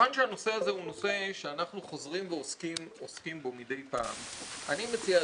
כיוון שהנושא הזה הוא נושא שאנחנו חוזרים ועוסקים בו מדי פעם אני מציע,